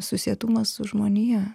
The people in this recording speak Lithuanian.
susietumas su žmonija